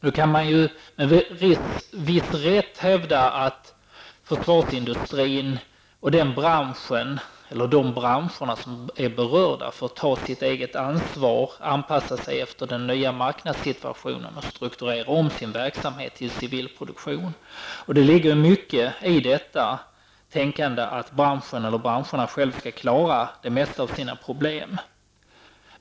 Nu kan man med viss rätt hävda att försvarsindustrin och de branscher som är berörda får ta sitt eget ansvar och anpassa sig efter den nya marknadssituationen. De får strukturera om sin verksamhet till civil produktion. Det ligger mycket i tänkandet att branscherna själva skall klara de flesta av sina problem.